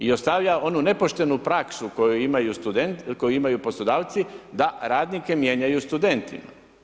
I ostavlja onu nepoštenu praksu koju imaju poslodavci da radnike mijenjaju studentima.